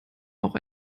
auch